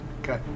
Okay